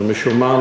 ומשום מה,